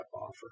offer